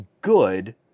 good